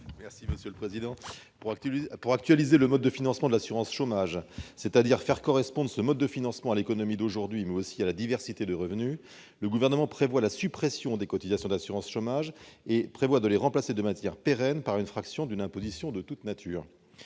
M. Martin Lévrier. Pour actualiser le mode de financement de l'assurance chômage, c'est-à-dire faire correspondre ce mode de financement à l'économie d'aujourd'hui, mais aussi à la diversité des revenus, le Gouvernement prévoit de supprimer les cotisations d'assurance chômage et de les remplacer de manière pérenne par une fraction d'une imposition de toute nature.